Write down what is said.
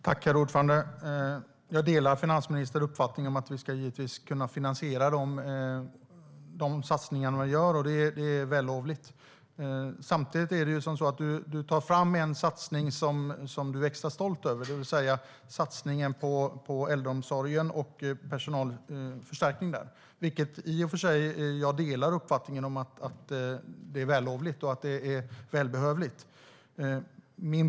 Herr talman! Jag delar finansministerns uppfattning att man givetvis ska kunna finansiera de satsningar man gör, och det är vällovligt. Du tar fram en satsning som du är extra stolt över, satsningen på personalförstärkningen i äldreomsorgen. I och för sig delar jag uppfattningen att det är vällovligt och välbehövligt.